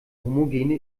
homogene